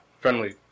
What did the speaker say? Friendly